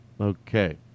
Okay